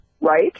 Right